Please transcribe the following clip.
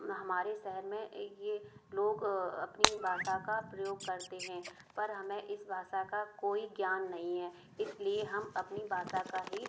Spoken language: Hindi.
हमारे शहर में ये लोग अपनी भाषा का प्रयोग करते हैं पर हमें इस भाषा का कोई ज्ञान नहीं है इस लिए हम अपनी भाषा का ही